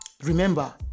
Remember